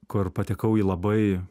kur patekau į labai